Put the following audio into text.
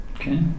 Okay